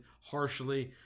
harshly